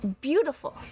beautiful